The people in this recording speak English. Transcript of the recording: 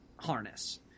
harness